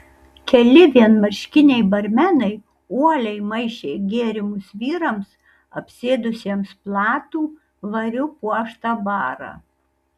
keli vienmarškiniai barmenai uoliai maišė gėrimus vyrams apsėdusiems platų variu puoštą barą